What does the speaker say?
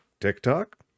TikTok